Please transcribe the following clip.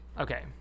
Okay